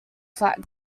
flat